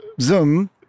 Zoom